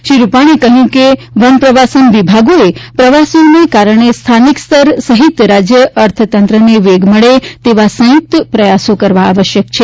શ્રી રૂપાણીએ કહ્યું કે વન પ્રવાસન વિભાગોએ પ્રવાસીઓને કારણે સ્થાનિક સ્તર સહિત રાજ્ય અર્થતંત્રને વેગ મળે તેવા સંયુક્ત પ્રયાસો કરવા આવશ્યક છે